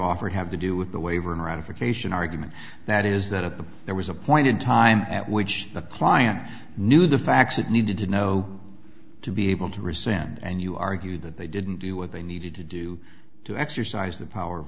offered have to do with the waiver and ratification argument that is that if there was a point in time at which the client knew the facts it needed to know to be able to resend and you argue that they didn't do what they needed to do to exercise the power of